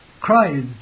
cried